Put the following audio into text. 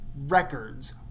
records